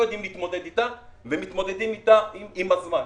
יודעים להתמודד אתה ומתמודדים אתה עם הזמן.